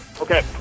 Okay